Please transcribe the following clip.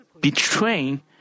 betraying